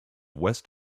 west